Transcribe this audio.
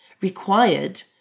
required